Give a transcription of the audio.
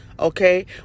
okay